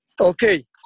okay